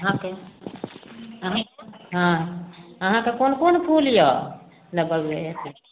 अहाँके अहि हाँ अहाँके कोन कोन फूल यऽ लगल जे यऽ से